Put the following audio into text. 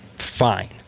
fine